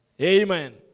Amen